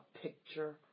picture